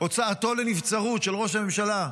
הוצאתו לנבצרות של ראש הממשלה.